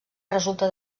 resulta